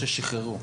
לכן,